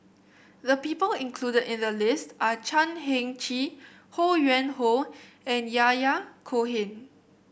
the people included in the list are Chan Heng Chee Ho Yuen Hoe and Yahya Cohen